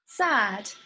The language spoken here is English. sad